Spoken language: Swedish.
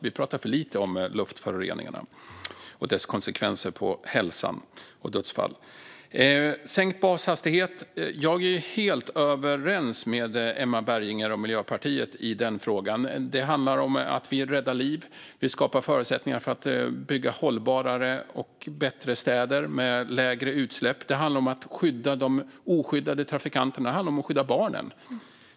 Vi pratar för lite om luftföroreningars hälsokonsekvenser. När det gäller sänkt bashastighet är jag helt överens med Emma Berginger och Miljöpartiet i den frågan. Det handlar om att rädda liv och skapa förutsättningar för bättre och hållbarare städer med lägre utsläpp. Det handlar om att skydda de oskyddade trafikanterna, bland annat barnen.